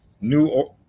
New